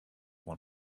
one